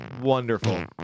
wonderful